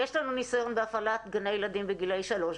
יש לנו ניסיון בהפעלת גני ילדים בגילאי שלוש,